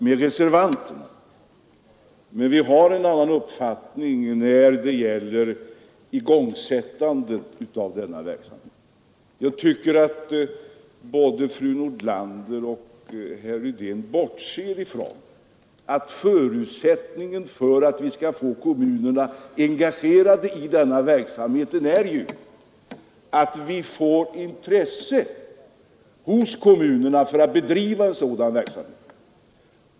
Men vi har inom utskottsmajoriteten en annan uppfattning när det gäller igångsättandet av denna verksamhet. Jag tycker att både fru Nordlander och herr Rydén bortser från att förutsättningen för att man skall få kommunerna engagerade i denna verksamhet ju är att vi får de förtroendevalda intresserade för att bedriva en kommunal konsumentpolitik.